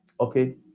Okay